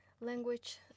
language